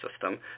system